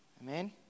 Amen